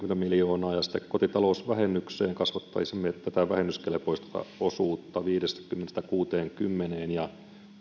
miljoonaa ja ja sitten kotitalousvähennyksessä kasvattaisimme tätä vähennyskelpoista osuutta viidestäkymmenestä kuuteenkymmeneen ja